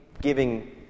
giving